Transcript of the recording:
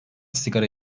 sigara